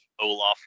Olaf